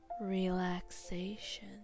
relaxation